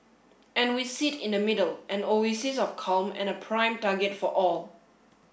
and we sit in the middle an oasis of calm and a prime target for all